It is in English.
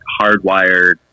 hardwired